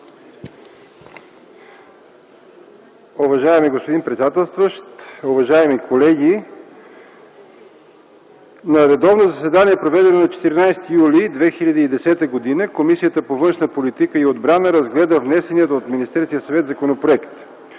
Уважаеми господин председателстващ, уважаеми колеги! „На редовно заседание, проведено на 14 юли 2010 г., Комисията по външна политика и отбрана разгледа внесения от Министерския съвет законопроект.